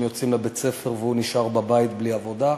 יוצאים לבית-הספר והוא נשאר בבית בלי עבודה,